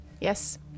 Yes